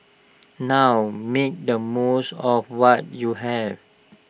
now make the most of what you have